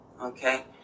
Okay